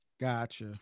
Gotcha